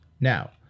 Now